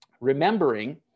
Remembering